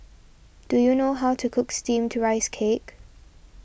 do you know how to cook Steamed Rice Cake